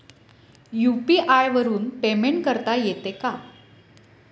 UPI वरून payment करता येते का?